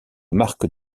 marque